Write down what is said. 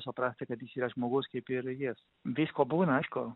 suprasti kad jis yra žmogus kaip ir jis visko būna aišku